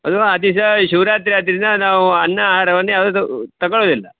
ಅದು ಆ ದಿವಸ ಶಿವರಾತ್ರಿ ಆದ್ದರಿಂದ ನಾವು ಅನ್ನ ಆಹಾರವನ್ನು ಯಾವುದೂ ತೊಗೊಳ್ಳುದಿಲ್ಲ